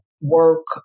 work